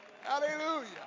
Hallelujah